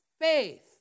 faith